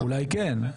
אולי כן?